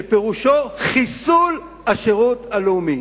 שפירושו חיסול השירות הלאומי.